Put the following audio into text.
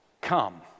come